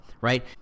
Right